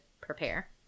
prepare